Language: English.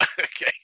okay